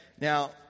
Now